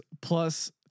plus